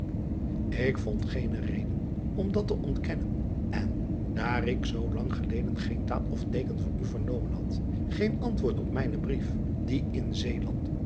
k vond geene reden om dat te ontkennen en daar ik in zoo lang geen taal of teeken van u vernomen had geen antwoord op mijnen brief die in eeland